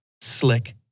slick